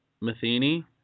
Matheny